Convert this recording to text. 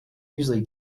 usually